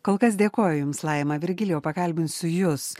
kol kas dėkoju jums laima virgilijau pakalbinsiu jus